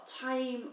time